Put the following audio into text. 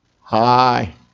hi